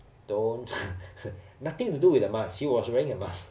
don't nothing to do with the mask she was wearing a mask